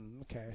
okay